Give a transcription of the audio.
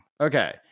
Okay